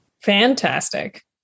fantastic